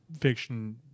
fiction